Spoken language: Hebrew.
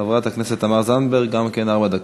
חברת הכנסת תמר זנדברג, גם כן ארבע דקות.